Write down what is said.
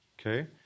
okay